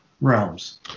realms